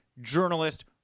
Journalist